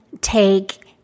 take